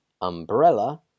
umbrella